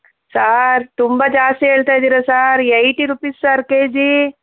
sir ತುಂಬ ಜಾಸ್ತಿ ಹೇಳ್ತಾ ಇದ್ದೀರ sir eighty rupees sir KG